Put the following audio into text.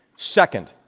second,